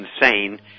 insane